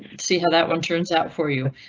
see how that one turns out for you.